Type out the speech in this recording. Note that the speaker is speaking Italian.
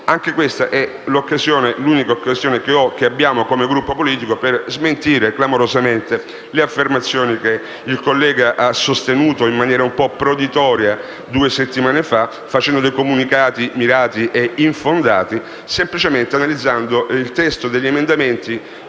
Anche questa è l'unica occasione che abbiamo, come Gruppo politico, per smentire clamorosamente quanto il collega ha sostenuto in maniera un po' proditoria due settimane fa, facendo dei comunicati mirati e infondati. Lo facciamo semplicemente analizzando il testo degli emendamenti